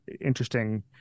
interesting